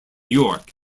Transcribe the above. york